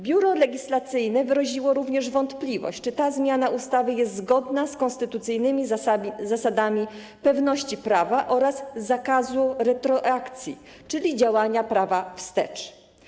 Biuro Legislacyjne wyraziło również wątpliwość, czy ta zmiana ustawy jest zgodna z konstytucyjnymi zasadami pewności prawa oraz zakazu retroakcji, czyli działania prawa wstecz.